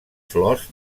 flors